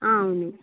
అవును